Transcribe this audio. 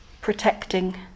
protecting